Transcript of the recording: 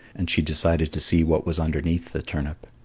and she decided to see what was underneath the turnip.